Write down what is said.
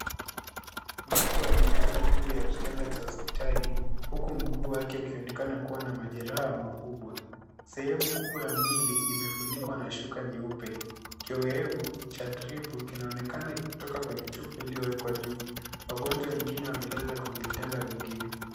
Mtu amelala juu ya kitanda cha hospitali huku mguu wake ukionekana kuwa na majeraha makubwa. Sehemu kubwa ya mwili imefunikwa na shuka nyeupe. Kiowevu cha dripu kinaonekana kutoka kwenye chupa iliyowekwa juu. Wagonjwa wengine wamelala kwenye vitanda vingine.